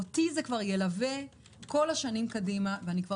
אותי זה ילווה כבר כל השנים קדימה וכבר